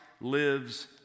lives